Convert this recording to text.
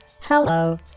Hello